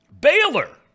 Baylor